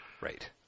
Right